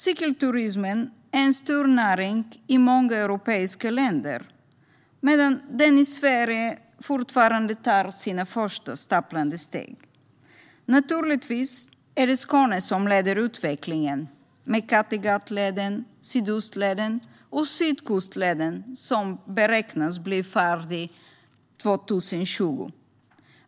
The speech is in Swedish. Cykelturismen är en stor näring i många europeiska länder medan den i Sverige fortfarande tar sina första stapplande steg. Naturligtvis är det Skåne som leder utvecklingen med Kattegattleden, Sydostleden och Sydkustleden, som beräknas bli färdig 2020.